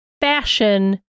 fashion